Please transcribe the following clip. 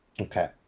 Okay